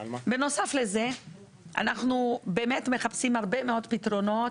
בנוסף לזה אנחנו מחפשים הרבה מאוד פתרונות,